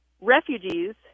refugees